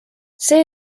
see